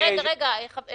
רגע, רגע, אדוני היושב-ראש.